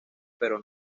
pero